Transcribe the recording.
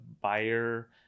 buyer